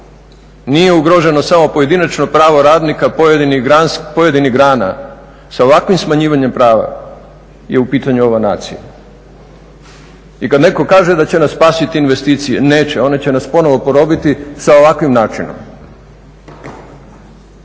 nije ugroženo samo pojedinačno pravo radnika pojedinih grana, sa ovakvim smanjivanjem prava je u pitanju ova nacija. I kad netko kaže da će nas spasiti investicije, neće, one će nas ponovo porobiti sa ovakvim načinom